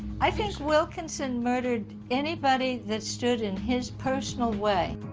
i think wilkinson murdered anybody that stood in his personal way.